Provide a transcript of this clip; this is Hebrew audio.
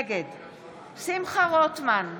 נגד שמחה רוטמן,